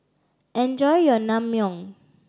enjoy your Naengmyeon